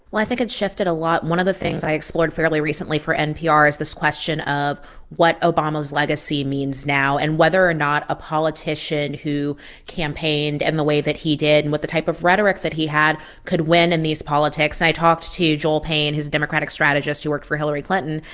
well, i think it's shifted a lot. one of the things i explored fairly recently for npr is this question of what obama's legacy means now and whether or not a politician who campaigned in and the way that he did and with the type of rhetoric that he had could win in these politics i talked to joel payne, who's a democratic strategist who worked for hillary clinton.